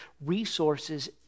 resources